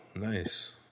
nice